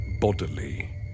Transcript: bodily